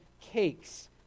cakes